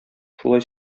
шулай